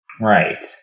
Right